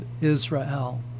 Israel